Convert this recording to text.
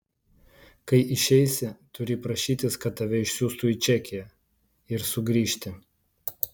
kai išeisi turi prašytis kad tave išsiųstų į čekiją ir sugrįžti